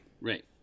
Right